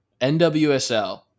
NWSL